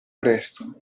presto